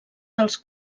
dels